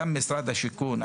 גם משרד השיכון,